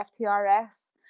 FTRS